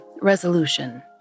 resolution